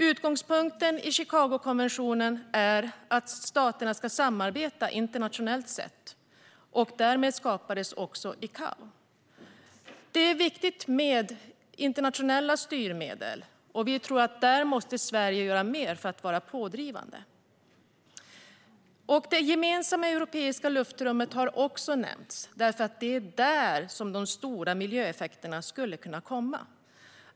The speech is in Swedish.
Utgångspunkten i Chicagokonventionen är att staterna ska samarbeta internationellt, och därför skapades också ICAO. Det är viktigt med internationella styrmedel, och vi tror att Sverige måste göra mer för att vara pådrivande på detta område. Det gemensamma europeiska luftrummet har också nämnts. Det är nämligen där de stora miljöeffekterna skulle kunna komma.